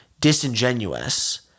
disingenuous